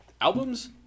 albums